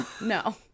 No